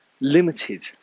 limited